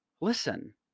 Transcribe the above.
listen